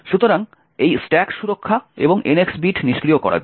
সুতরাং এই স্ট্যাক সুরক্ষা এবং NX বিট নিষ্ক্রিয় করার জন্য